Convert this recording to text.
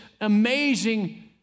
amazing